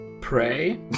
pray